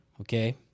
Okay